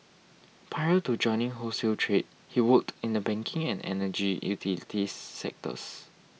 prior to joining wholesale trade he worked in the banking and energy utilities sectors